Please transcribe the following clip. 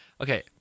Okay